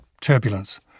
turbulence